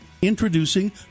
introducing